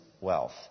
wealth